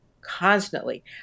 constantly